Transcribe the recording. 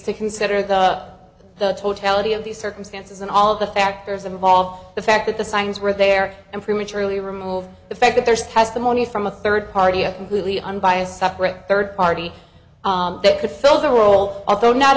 to consider the totality of the circumstances and all of the factors involved the fact that the signs were there and prematurely removed the fact that there's testimony from a third party a completely unbiased separate third party that could fill the role although not